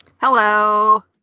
hello